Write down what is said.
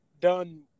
done